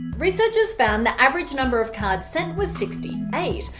researchers found the average number of cards sent was sixty eight,